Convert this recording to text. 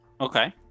okay